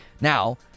Now